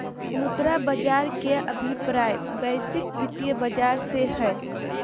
मुद्रा बाज़ार के अभिप्राय वैश्विक वित्तीय बाज़ार से हइ